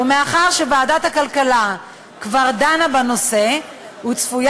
ומאחר שוועדת הכלכלה כבר דנה בנושא וצפוי